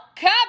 come